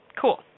Cool